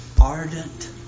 Ardent